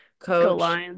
Coach